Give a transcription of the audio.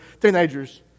teenagers